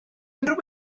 unrhyw